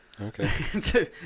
Okay